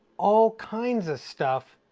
all kinds of stuff.